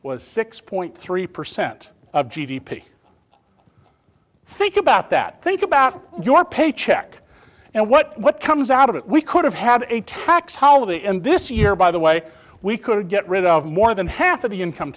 was six point three percent of g d p think about that think about your paycheck and what comes out of it we could have had a tax holiday and this year by the way we could get rid of more than half of the income